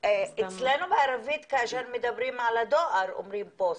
אצלנו בערבית כאשר מדברים על הדואר מדברים על הפוסטה,